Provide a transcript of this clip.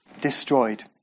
destroyed